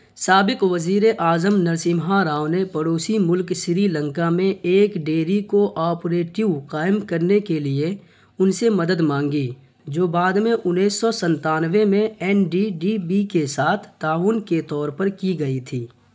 سابق وزیر اعظم نرسمہا راؤ نے پڑوسی ملک سری لنکا میں ایک ڈیری کوآپریٹو قائم کرنے کے لیے ان سے مدد مانگی جو بعد میں انیس سو ستانوے میں این ڈی ڈی بی کے ساتھ تعاون کے طور پر کی گئی تھی